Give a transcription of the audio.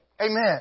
Amen